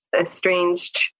estranged